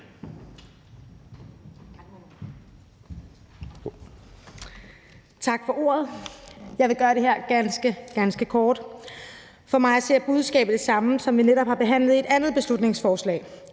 Tak for ordet. Jeg vil gøre det her ganske, ganske kort. For mig at se er budskabet det samme, som vi netop har behandlet i et andet beslutningsforslag.